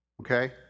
Okay